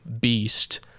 beast